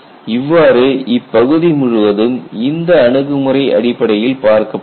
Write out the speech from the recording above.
இவ்வாறு இப்பகுதி முழுவதும் இந்த அணுகுமுறை அடிப்படையில் பார்க்கப்பட்டது